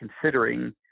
considering